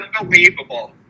unbelievable